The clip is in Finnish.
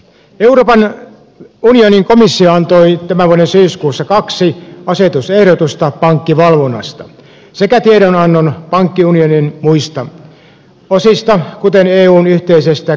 euroopan unionin komissio antoi tämän vuoden syyskuussa kaksi asetusehdotusta pankkivalvonnasta sekä tiedonannon pankkiunionin muista osista kuten eun yhteisestä kriisienhallintajärjestelmästä